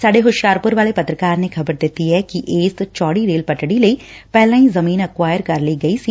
ਸਾਡੇ ਹੁਸ਼ਿਆਰਪੁਰ ਵਾਲੇ ਪੱਤਰਕਾਰ ਨੇ ਖ਼ਬਰ ਦਿੱਤੀ ਐ ਕਿ ਇਸ ਚੌੜੀ ਰੇਲ ਪੱਟੜੀ ਲਈ ਪਹਿਲਾਂ ਹੀ ਜ਼ਮੀਨ ਐਕੁਆਇਰ ਕਰ ਲਈ ਗਈ ਸੀ